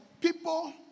people